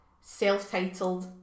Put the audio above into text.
self-titled